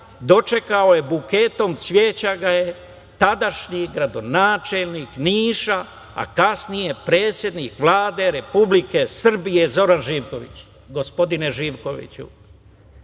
dočekao ga je buketom cveća tadašnji gradonačelnik Niša, a kasnije predsednik Vlade Republike Srbije Zoran Živković. Gospodine Živkoviću,